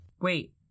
Wait